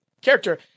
character